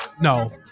No